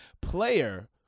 player